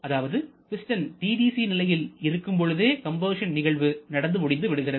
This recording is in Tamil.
அதாவது பிஸ்டன் TDC நிலையில் இருக்கும் பொழுதே கம்பஷன் நிகழ்வு நடந்து முடிந்துவிடுகிறது